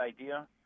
idea